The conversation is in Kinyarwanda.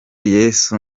yesu